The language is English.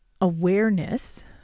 awareness